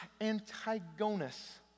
Antigonus